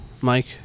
Mike